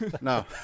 no